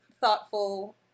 thoughtful